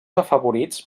afavorits